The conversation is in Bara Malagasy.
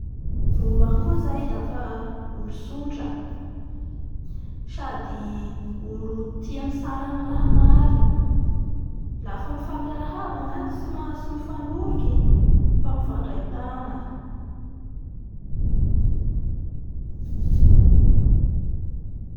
Gnolo agny koa zay dafa olo tsotra sady olo tia mitsara ny raha marina sady lafa mifamiarahaba ny any tsy mahazo mifanofrfoky fa mifandray tanga.